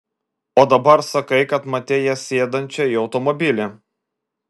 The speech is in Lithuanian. o dabar sakai kad matei ją sėdančią į automobilį